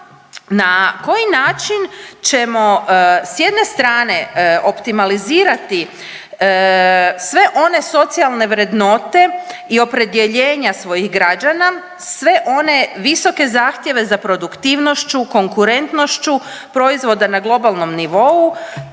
na koji način ćemo s jedne strane optimizirati sve one socijalne vrednote i opredjeljenja svojih građana, sve one visoke zahtjeve za produktivnošću, konkurentnošću proizvoda na globalnom nivou